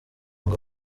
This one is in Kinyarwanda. ngo